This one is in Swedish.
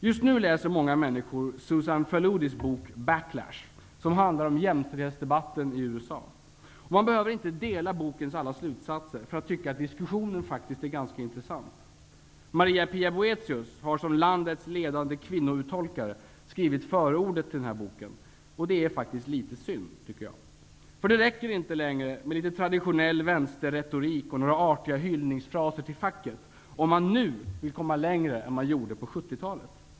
Just nu läser många människor Susan Faludis bok USA. Man behöver inte dela alla bokens slutsatser för att tycka att diskussionen faktiskt är ganska intressant. Maria-Pia Boethius har som landets ledande kvinnouttolkare skrivit förordet till den här boken. Det är faktiskt litet synd. Det räcker inte längre med litet traditionell vänsterretorik och några artiga hyllningsfraser till facket, om man nu vill komma längre än man gjorde på 1970-talet.